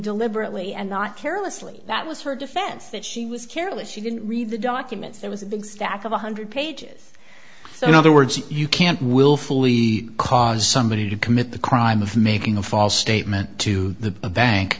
deliberately and not carelessly that was her defense that she was careless she didn't read the documents there was a big stack of one hundred pages so in other words you can't willfully cause somebody to commit the crime of making a false statement to the bank